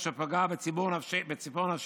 אשר פגעה בציפור נפשנו,